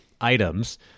items